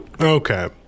Okay